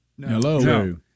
Hello